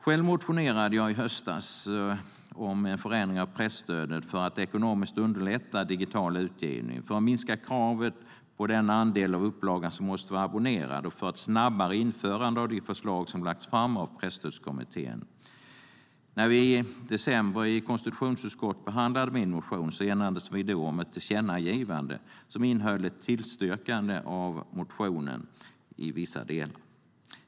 Själv motionerade jag i höstas om en förändring av presstödet för att ekonomiskt underlätta digital utgivning, för att minska kravet på den andel av upplagan som måste vara abonnerad och för ett snabbare införande av de förslag som har lagts fram av Presstödskommittén. När vi i december i konstitutionsutskottet behandlade min motion enades vi om ett tillkännagivande som innehöll ett tillstyrkande av motionen i vissa delar.